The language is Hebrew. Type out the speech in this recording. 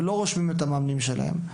ולא רושמים את המאמנים שלהם.